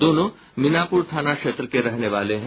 दोनों मीनापुर थाना क्षेत्र के रहने वाले हैं